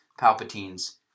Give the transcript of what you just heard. Palpatine's